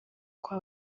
kwa